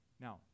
Now